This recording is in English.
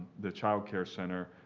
the child care center,